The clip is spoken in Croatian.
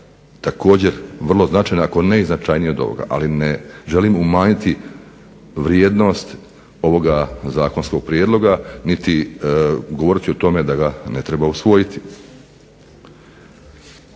također vrlo značajna, ako ne i značajnija od ovoga. Ali ne želim umanjiti vrijednost ovoga zakonskog prijedloga niti govoriti o tome da ga ne treba usvojiti.